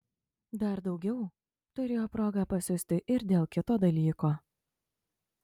dar daugiau turėjo progą pasiusti ir dėl kito dalyko